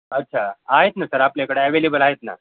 अच्छा आहेत ना सर आपल्याकडे ॲवेलेबल आहेत ना